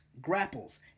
grapples